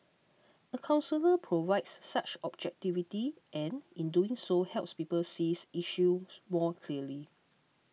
a counsellor provides such objectivity and in doing so helps people sees issues more clearly